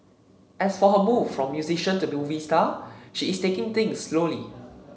as for her move from musician to movie star she is taking things slowly